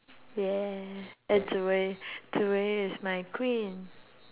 yeah and zi-wei zi-wei is my queen